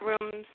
rooms